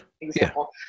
example